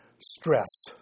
stress